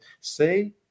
say